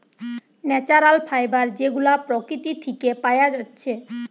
natural fibre যেগুলা প্রকৃতি থিকে পায়া যাচ্ছে